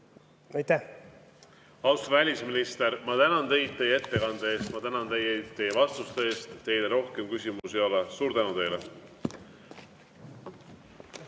Austatud välisminister! Ma tänan teid teie ettekande eest, ma tänan teid vastuste eest. Teile rohkem küsimusi ei ole. Suur tänu teile!